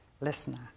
listener